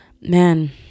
man